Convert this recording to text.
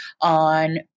on